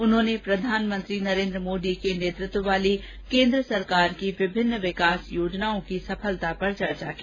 उन्होंने प्रधानमंत्री नरेन्द्र मोदी के नेतृत्व वाली केन्द्र सरकार की विभिन्न विकास योजनाओं की सफलता पर चर्चा की